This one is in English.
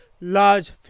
large